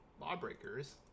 lawbreakers